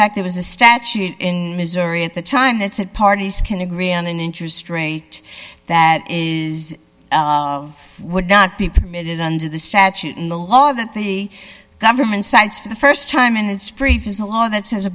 fact there was a statute in missouri at the time that said parties can agree on an interest rate that is would not be permitted under the statute in the law that the government sides for the st time in its brief is a law that says a